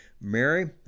Mary